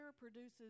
produces